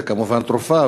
זו כמובן תרופה,